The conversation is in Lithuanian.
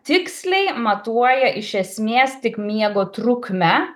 tiksliai matuoja iš esmės tik miego trukmę